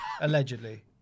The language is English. Allegedly